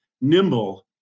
nimble